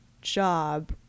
job